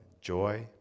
joy